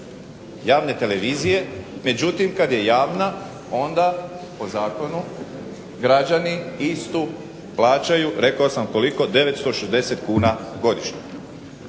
javne televizije. Međutim, kad je javna onda po zakonu građani istu plaćaju rekao sam koliko, 960 kuna godišnje